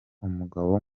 umugabo